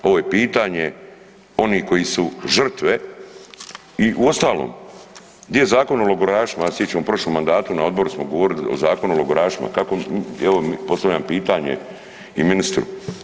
Ovo je pitanje onih koji su žrtve i uostalom gdje je zakon o logorašima, ja se sjećam u prošlom mandatu na odboru smo govorili o zakonu o logorašima kako, evo postavljam pitanje i ministru.